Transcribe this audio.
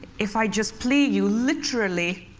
if i just played you, literally,